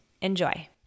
Enjoy